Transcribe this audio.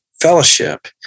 fellowship